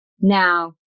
Now